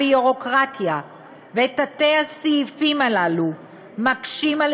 הביורוקרטיה ותתי-הסעיפים הללו מקשים על